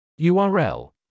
URL